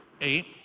eight